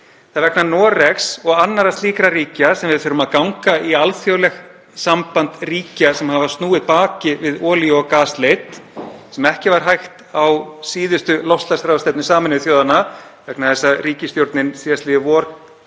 það er vegna Noregs og annarra slíkra ríkja sem við þurfum að ganga í alþjóðlegt samband ríkja sem hafa snúið baki við olíu- og gasleit sem ekki var hægt á síðustu loftslagsráðstefnu Sameinuðu þjóðanna vegna þess að ríkisstjórnin fékk sig ekki